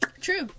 True